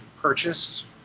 purchased